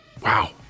Wow